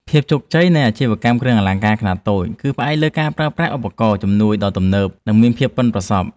ភាពជោគជ័យនៃអាជីវកម្មគ្រឿងអលង្ការខ្នាតតូច គឺផ្អែកលើការប្រើប្រាស់ឧបករណ៍ជំនួយដ៏ទំនើប និង ភាពប៉ិនប្រសប់។